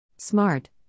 Smart